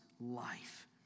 life